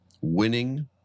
winning